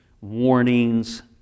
warnings